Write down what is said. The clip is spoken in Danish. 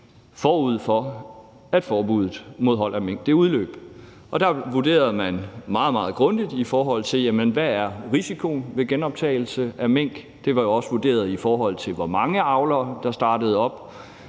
forud for at forbuddet mod hold af mink udløb, og der vurderede man meget, meget grundigt, hvad risikoen ville være ved genoptagelse af minkproduktion. Det blev også vurderet, i forhold til hvor mange avlere der startede op,